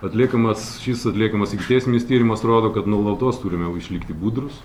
atliekamas šis atliekamas ikiteisminis tyrimas rodo kad nuolatos turime išlikti budrūs